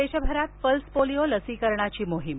देशभरात pulse polio लसीकरणाची मोहीम